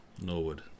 Norwood